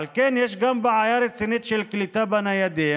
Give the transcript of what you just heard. על כן, יש גם בעיה רצינית של קליטה בניידים.